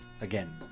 again